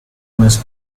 must